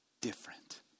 different